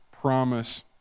promise